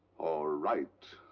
or write.